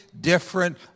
different